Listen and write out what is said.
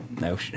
No